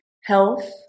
Health